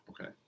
Okay